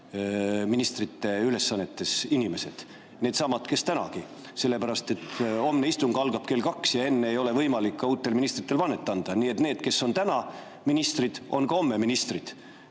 ministrite ülesannetes inimesed: needsamad kes tänagi. Sellepärast, et homne istung algab kell 2 ja enne ei ole võimalik uutel ministritel vannet anda. Nii et need, kes on täna ministrid, on ka homme ministrid,